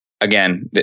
again